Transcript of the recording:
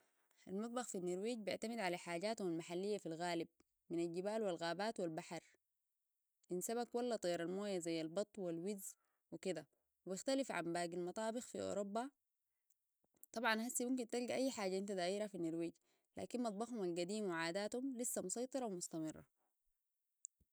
المطبخ في النرويج بيعتمد على حاجاتهم المحلية في الغالب من الجبال والغابات والبحر إن سمك ولا طير الموية زي البط والوز وكده ويختلف عن باقي المطابق في أوروبا طبعا هسي ممكن تلقا اي حاجه انت ديرا في النرويج لكن مطبخهم القديم وعاداتهم لسه مسيطرة ومستمرة